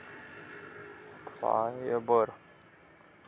fibre